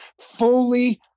fully